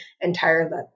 entirely